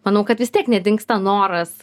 manau kad vis tiek nedingsta noras